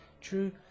true